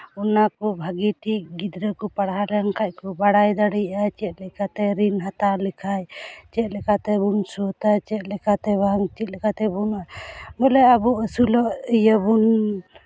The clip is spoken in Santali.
ᱚᱱᱟ ᱠᱚ ᱵᱷᱟᱹᱜᱤ ᱴᱷᱤᱠ ᱜᱤᱫᱽᱨᱟᱹ ᱠᱚ ᱯᱟᱲᱦᱟᱣ ᱞᱮᱱᱠᱷᱟᱱ ᱠᱚ ᱵᱟᱲᱟᱭ ᱫᱟᱲᱮᱭᱟᱜᱼᱟ ᱪᱮᱫ ᱞᱮᱠᱟᱛᱮ ᱨᱤᱱ ᱦᱟᱛᱟᱣ ᱞᱮᱠᱷᱟᱱ ᱪᱮᱫ ᱞᱮᱠᱟ ᱛᱮᱵᱳᱱ ᱥᱳᱫᱷᱼᱟ ᱪᱮᱫ ᱞᱮᱠᱟᱛᱮ ᱵᱟᱝ ᱪᱮᱫᱞᱮᱠᱟᱛᱮ ᱵᱚᱞᱮ ᱟᱵᱚ ᱥᱩᱞᱟᱹ ᱤᱭᱟᱹ ᱵᱚᱱ